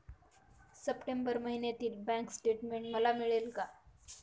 September महिन्यातील bank statement मला मिळेल का?